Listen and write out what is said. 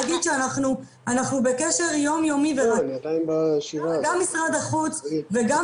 אני חייבת להגיד שאנחנו בקשר יום יומי וגם משרד החוץ וגם